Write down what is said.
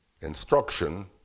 Instruction